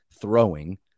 throwing